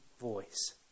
voice